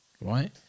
right